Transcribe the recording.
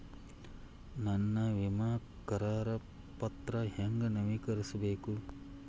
ನನ್ನ ವಿಮಾ ಕರಾರ ಪತ್ರಾ ಹೆಂಗ್ ನವೇಕರಿಸಬೇಕು?